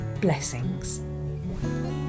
blessings